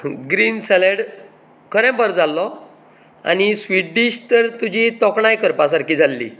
green salad खरें बरें जाल्लो आनी स्वीट डीश तर तुजी तोखणाय करपा सारकी जाल्ली